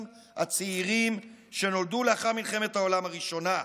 הצעירים שנולדו לאחר מלחמת העולם הראשונה.